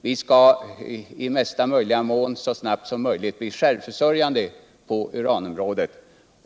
Vi skalli mesta möjliga mån så snabbt som möjligt bli självförsörjande på uranområdet.